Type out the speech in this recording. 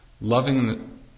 Loving